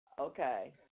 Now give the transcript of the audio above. Okay